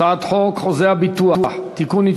הצעת חוק חוזה הביטוח (תיקון,